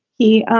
he ah